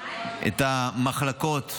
המחלקות האונקולוגיות,